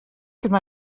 could